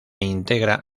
integra